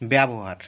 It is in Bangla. ব্যবহার